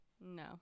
no